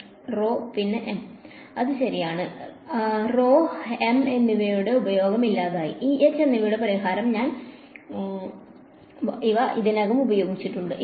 വിദ്യാർത്ഥി റോ പിന്നെ എം അത് ശരിയാണ് rho m എന്നിവയുടെ ഉപയോഗം ഇല്ലാതായി E H എന്നിവ പരിഹരിക്കാൻ ഞാൻ അവ ഇതിനകം ഉപയോഗിച്ചിട്ടുണ്ട്